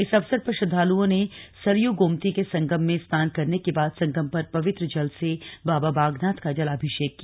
इस अवसर पर श्रद्वालुओं ने सरयू गोमती के संगम में स्नान करने के बाद संगम पर पवित्र जल से बाबा बागनाथ का जलाभिषेक किया